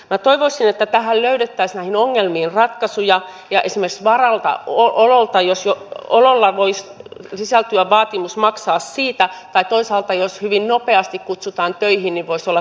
minä toivoisin että löydettäisiin näihin ongelmiin ratkaisuja ja esimerkiksi varallaoloon voisi sisältyä vaatimus maksaa siitä tai toisaalta jos hyvin nopeasti kutsutaan töihin voisi olla korotettua tuntipalkkaa